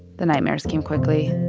the nightmares came quickly.